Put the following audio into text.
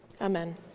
Amen